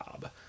job